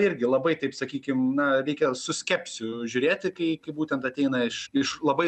irgi labai taip sakykim na reikia su skepsiu žiūrėti kai būtent ateina iš iš labai